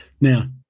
Now